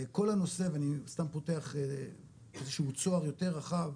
כל הנושא ואני סתם פותח איזה שהוא צוהר יותר רחב,